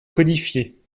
codifiés